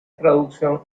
traducción